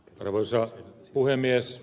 arvoisa puhemies